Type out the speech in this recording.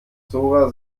zora